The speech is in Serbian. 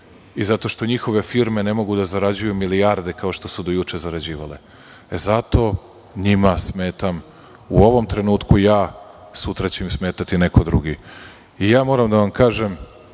i zato što njihove firme ne mogu da zarađuju milijarde, kao što smo juče zarađivali. Zato njima smeta u ovom trenutku ja, sutra će im smetati neko drugi. Moram da vam kažem,